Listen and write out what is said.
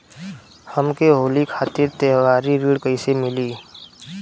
हमके होली खातिर त्योहारी ऋण कइसे मीली?